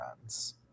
friends